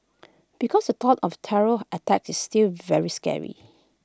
because the thought of terror attacks is still very scary